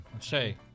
Shay